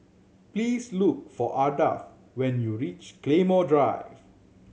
please look for Ardath when you reach Claymore Drive